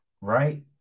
right